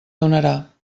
donarà